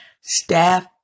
Staff